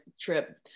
trip